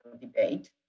debate